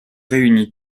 réuni